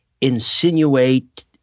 insinuate